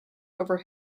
over